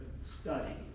study